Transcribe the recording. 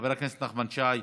חבר הכנסת נחמן שי,